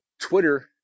Twitter